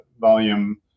volume